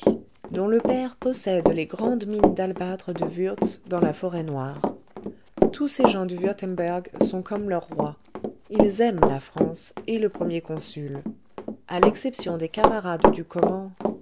dont le père possède les grandes mines d'albâtre de würtz dans la forêt noire tous ces gens du wurtemberg sont comme leur roi ils aiment la france et le premier consul a l'exception des camarades du comment